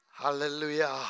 Hallelujah